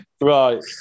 right